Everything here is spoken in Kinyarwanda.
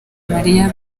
mariya